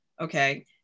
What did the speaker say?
Okay